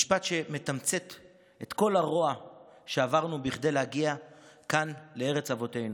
זה משפט שמתמצת את כל הרוע שעברנו כדי להגיע כאן לארץ אבותינו.